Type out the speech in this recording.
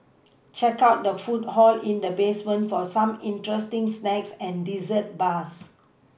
check out the food hall in the basement for some interesting snacks and dessert bars